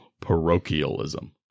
parochialism